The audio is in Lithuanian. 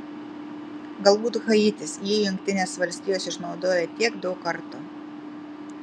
galbūt haitis jį jungtinės valstijos išnaudojo tiek daug kartų